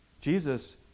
Jesus